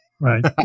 Right